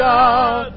God